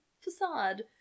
facade